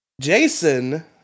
Jason